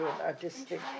artistic